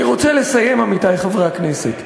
אני רוצה לסיים, עמיתי חברי הכנסת.